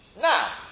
now